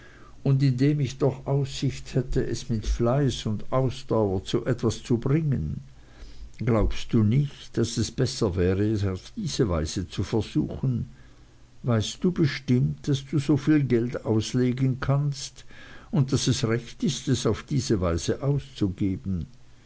und in dem ich doch aussicht hätte es mit fleiß und ausdauer zu etwas zu bringen glaubst du nicht daß es besser wäre es auf diese weise zu versuchen weißt du bestimmt daß du so viel geld auslegen kannst und daß es recht ist es auf diese weise auszugeben